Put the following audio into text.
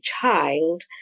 child